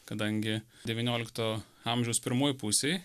kadangi devyniolikto amžiaus pirmoj pusėj